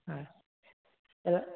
ಹಾಂ ಎಲ್ಲ